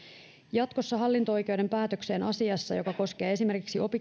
jatkossa hallinto oikeuden päätökseen asiassa joka koskee esimerkiksi